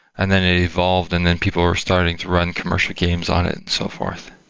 and then it evolved and then people were starting to run commercial games on it and so forth,